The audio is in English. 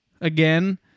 again